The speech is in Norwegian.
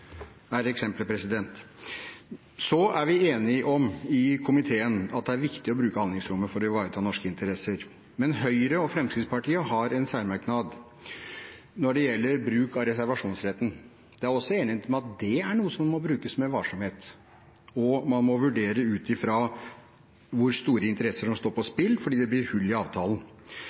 er eksempler. Så er vi i komiteen enige om at det er viktig å bruke handlingsrommet for å ivareta norske interesser, men Høyre og Fremskrittspartiet har en særmerknad når det gjelder bruk av reservasjonsretten. Det er også enighet om at det er noe som må brukes med varsomhet, og man må vurdere ut fra hvor store interesser som står på spill fordi det blir hull i avtalen.